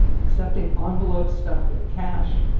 accepting ah envelopes stuffed with cash.